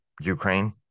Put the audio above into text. ukraine